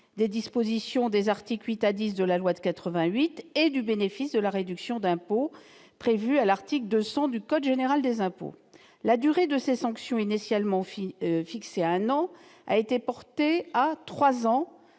des dispositions des articles 8 à 10 de la loi de 1988 et du bénéfice de la réduction d'impôt prévu à l'article 200 du code général des impôts. La durée de ces sanctions initialement fixées à un an a été portée à trois ans